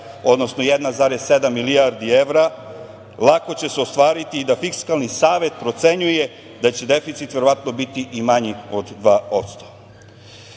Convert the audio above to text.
odnosno 1,7 milijardi evra, lako će se ostvariti i da Fisklani savet procenjuje da će deficit verovatno biti i manji od 2%.Ono